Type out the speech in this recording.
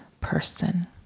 person